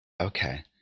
okay